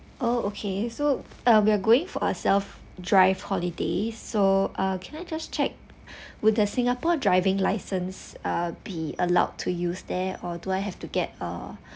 oh okay so uh we are going for a self drive holiday so ah can I just check with the singapore driving license are be allowed to use there or do I have to get a